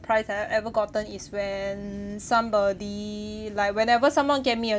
~prise I've ever gotten is when somebody like whenever someone gave me a